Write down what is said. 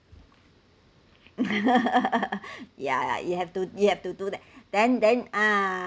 ya ya you have to you have to do that then then ah